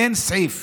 אין סעיף